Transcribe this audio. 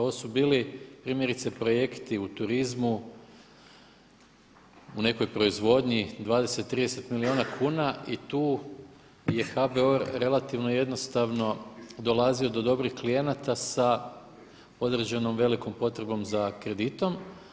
Ovo su bili primjerice projekti u turizmu, u nekoj proizvodnji, 20, 30 milijuna kuna i tu je HBOR relativno jednostavno dolazio do dobrih klijenata sa određenom velikom potrebom za kreditom.